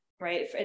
right